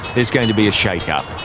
there's going to be a shake-up.